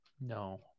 No